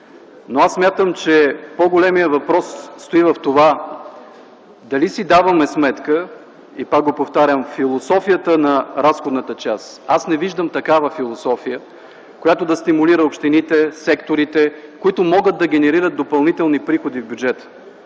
Аз смятам, че по-големият въпрос стои в това: дали си даваме сметка, и пак повтарям – философията на разходната част. Аз не виждам такава философия, която да стимулира общините, секторите, които могат да генерират допълнителни приходи в бюджета.